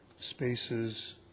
spaces